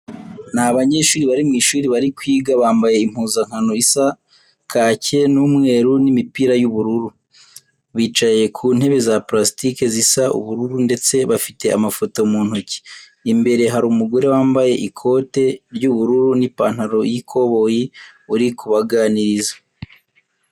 Ni abanyeshuri bari mu ishuri bari kwiga, bambaye impuzankano isa kake n'umweru n'imipira y'ubururu. Bicaye ku ntebe za palasitike zisa ubururu ndetse bafite amafoto mu ntoki. Imbere hari umugore wambaye ikote ry'ubururu n'ipantaro y'ikoboyi uri kubaganiriza.